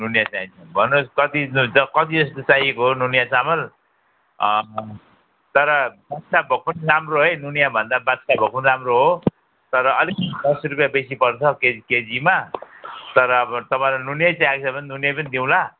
नुनिया चाहिन्छ भन्नुहोस् कति ज् कति जस्तो चाहिएको हो नुनिया चामल तर बादसाह भोग पनि राम्रो है नुनियाभन्दा बादसाह भोग पनि राम्रो हो तर अलिकति दस रुपियाँ बेसी पर्छ के केजीमा तर अब तपाईँलाई नुनियै चाहिएको छ भने नुनिया पनि दिऊँला